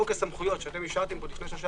חוק הסמכויות שאישרתם לפני שלושה,